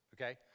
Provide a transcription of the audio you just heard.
okay